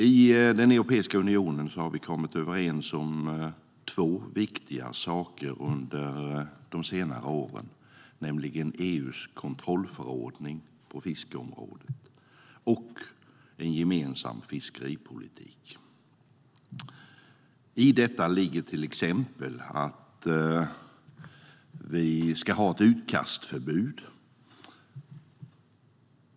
I Europeiska unionen har vi kommit överens om två viktiga saker under senare år, nämligen EU:s kontrollförordning på fiskeområdet och en gemensam fiskeripolitik. I detta ligger till exempel att vi ska ha ett utkastförbud.